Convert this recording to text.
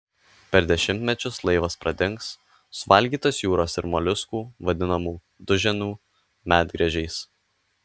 per dešimtmečius laivas pradings suvalgytas jūros ir moliuskų vadinamų duženų medgręžiais